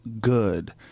good